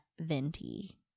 Venti